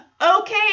okay